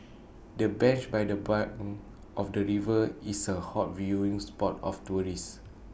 the bench by the bank of the river is A hot viewing spot for tourists